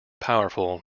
powerful